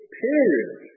period